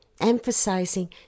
emphasizing